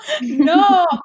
No